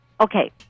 Okay